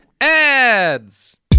ads